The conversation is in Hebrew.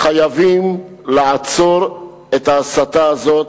חייבים לעצור את ההסתה הזאת,